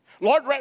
Lord